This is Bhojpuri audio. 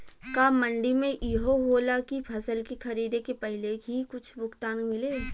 का मंडी में इहो होला की फसल के खरीदे के पहिले ही कुछ भुगतान मिले?